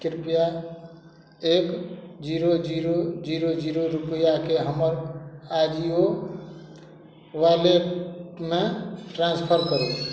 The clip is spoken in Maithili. कृपया एक zero zero zero zero zero रूपैआकेँ हमर आजिओ वॉलेटमे ट्रांसफर करू